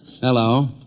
Hello